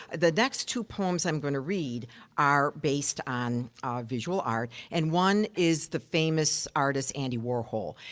the next two poems i'm gonna read are based on visual art, and one is the famous artist andy warhol.